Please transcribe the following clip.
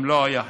אם לא יחיד,